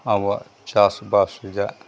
ᱟᱵᱚᱣᱟᱜ ᱪᱟᱥᱵᱟᱥ ᱨᱮᱭᱟᱜ